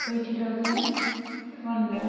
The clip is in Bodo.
eighty thousand one lakh